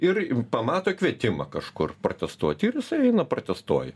ir pamato kvietimą kažkur protestuot ir jisai eina protestuoja